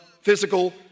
physical